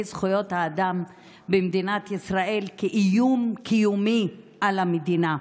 זכויות האדם במדינת ישראל איום קיומי על המדינה.